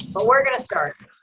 but we're gonna start.